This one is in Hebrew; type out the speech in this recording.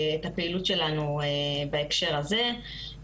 הפעילות שלנו בהקשר הזה.